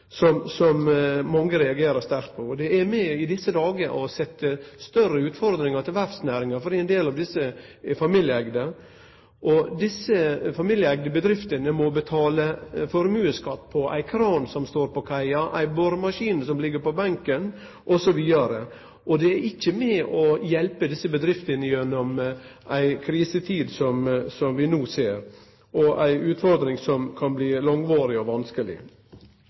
formuesskattlegginga, som mange reagerer sterkt på, og som i desse dagar er med på å gi verftsnæringa store utfordringar, for ein del av desse er familieeigde. Desse familieeigde bedriftene må betale formuesskatt på ei kran som står på kaia, på ein boremaskin som ligg på benken osv. Det er ikkje med på å hjelpe desse bedriftene gjennom den krisetida som vi no ser. Det er ei utfordring som kan bli langvarig og vanskeleg.